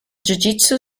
jujitsu